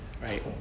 right